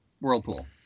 whirlpool